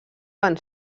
van